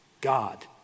God